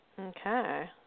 Okay